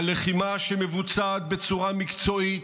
הלחימה מבוצעת בצורה מקצועית,